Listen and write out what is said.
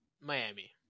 Miami